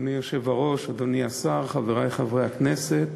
אדוני היושב-ראש, אדוני השר, חברי חברי הכנסת,